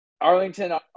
Arlington